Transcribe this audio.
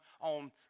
on